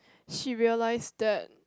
she realised that